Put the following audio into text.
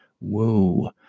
Whoa